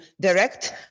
direct